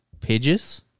Pages